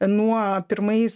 nuo pirmais